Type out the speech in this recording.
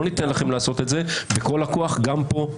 לא ניתן לכם לעשות את זה בכל הכוח גם פה,